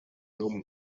com